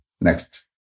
Next